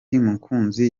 mukunzi